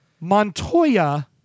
Montoya